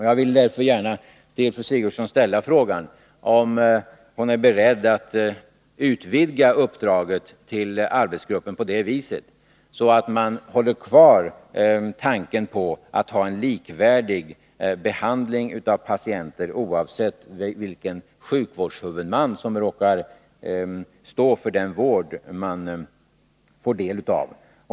Jag vill därför gärna till fru Sigurdsen ställa frågan om hon är beredd att utvidga uppdraget för arbetsgruppen på det viset att tanken på att ha en likvärdig behandling av patienter hålls kvar, oavsett vilken sjukvårdshuvudman som råkar stå för den vård patienten får del av.